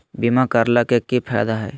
बीमा करैला के की फायदा है?